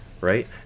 Right